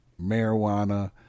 marijuana